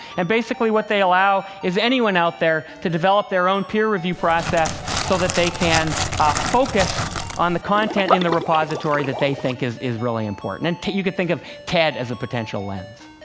and basically what they allow is anyone out there can develop their own peer-review process, so that they can focus on the content in the repository that they think is is really important. and you can think of ted as a potential lens.